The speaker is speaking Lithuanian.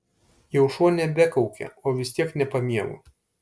jau šuo nebekaukia o vis tiek nepamiegu